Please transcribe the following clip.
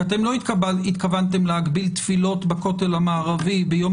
כי אתם לא התכוונתם להגביל תפילות בכותל המערבי ביום